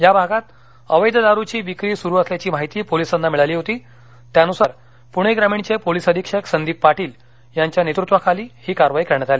याभागात अवैध दारुची विक्री सुरू असल्याची माहिती पोलिसांना मिळाली होती त्यानुसार पूणे ग्रामीणचे पोलिस अधीक्षक संदीप पाटील यांच्या नेतृत्वाखाली ही कारवाई करण्यातआली